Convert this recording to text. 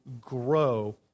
grow